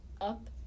up